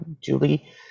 julie